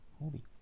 movie